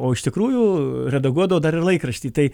o iš tikrųjų redaguodavo dar ir laikraštį tai